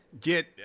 get